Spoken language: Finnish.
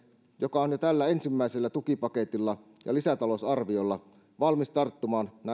joka on jo tällä ensimmäisellä tukipaketilla ja lisätalousarviolla valmis tarttumaan näihin